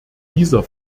dieser